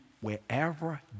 wherever